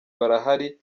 barahari